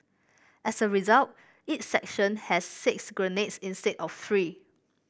as a result each section had six grenades instead of three